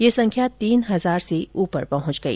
ये संख्या तीन हजार से ऊपर पहुंच गई